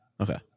Okay